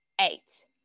eight